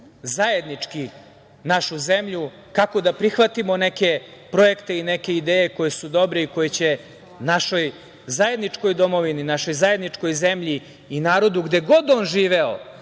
zajednički našu zemlju, kako da prihvatimo neke projekte i neke ideje koje su dobre i koje će našoj zajedničkoj domovini, našoj zajedničkoj zemlji i narodu, gde god on živeo,